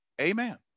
amen